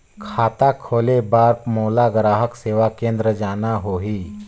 खाता खोले बार मोला ग्राहक सेवा केंद्र जाना होही?